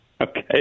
Okay